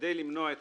כדי למנוע את